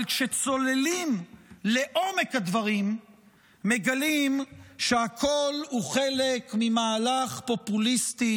אבל כשצוללים לעומק הדברים מגלים שהכול הוא חלק ממהלך פופוליסטי